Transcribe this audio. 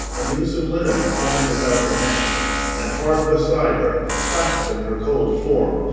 a noose of linen twined about her neck and hard beside her, clasping her cold form,